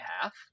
half